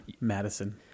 Madison